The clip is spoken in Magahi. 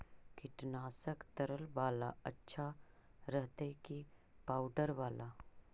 कीटनाशक तरल बाला अच्छा रहतै कि पाउडर बाला?